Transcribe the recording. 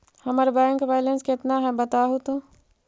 हमर bank balance केतना है बताहु तो?